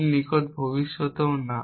খুব নিকট ভবিষ্যতেও না